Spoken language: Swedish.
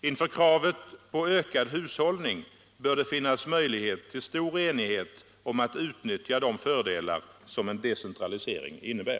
Inför kravet på ökad hushållning bör det finnas möjlighet till stor enighet om att utnyttja de fördelar som en decentralisering innebär.